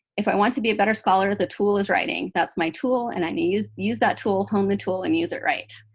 if i want to be a better scholar, the tool is writing. that's my tool and i need to use that tool, hone the tool, and use it right.